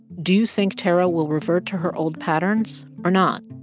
do you think tara will revert to her old patterns or not?